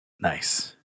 Nice